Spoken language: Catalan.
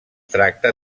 tracta